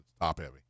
top-heavy